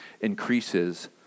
increases